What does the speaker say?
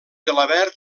gelabert